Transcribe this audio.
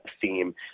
theme